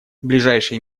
ближайшие